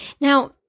Now